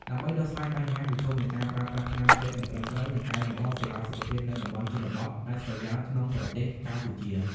ដើម្បីដោះស្រាយបញ្ហាប្រឈមនៃការប្រើប្រាស់ថ្នាំពេទ្យមិនត្រឹមត្រូវ និងកែលម្អសេវាសុខភាពនៅតំបន់ជនបទដាច់ស្រយាលក្នុងប្រទេសកម្ពុជា ។